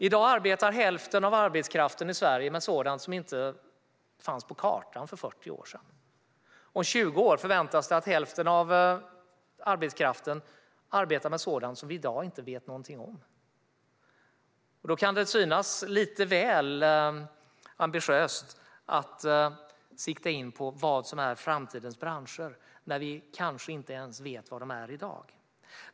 I dag arbetar hälften av arbetskraften i Sverige med sådant som inte fanns på kartan för 40 år sedan. Om 20 år förväntas hälften av arbetskraften arbeta med sådant vi i dag inte vet någonting om. Då kan det synas lite väl ambitiöst att sikta in sig på vad som är framtidens branscher. Vi vet ju kanske inte ens vad de är i dag.